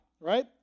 right